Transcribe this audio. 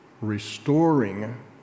Restoring